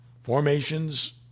Formations